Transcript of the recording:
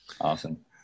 Awesome